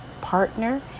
partner